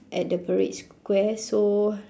at the parade square so